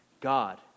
God